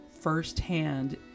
firsthand